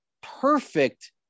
perfect